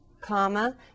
comma